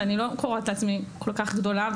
ואני לא קוראת לעצמי כל כך גדולה,